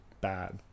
bad